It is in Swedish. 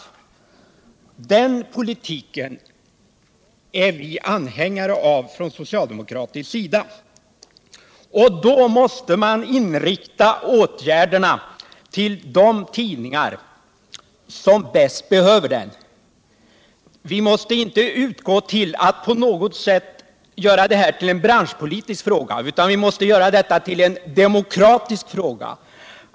Den politiken är vi socialdemokrater anhängare av. Då måste man ge stödet till de tidningar som bäst behöver det. Vi får inte se presstödet som en branschpolitisk utan som en demokratisk fråga.